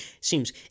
seems